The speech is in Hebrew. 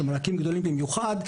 שהם מענקים גדולים במיוחד,